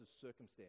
circumstance